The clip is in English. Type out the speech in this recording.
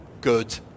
good